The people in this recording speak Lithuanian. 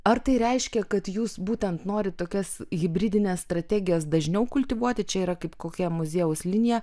ar tai reiškia kad jūs būtent norit tokias hibridines strategijas dažniau kultivuoti čia yra kaip kokia muziejaus linija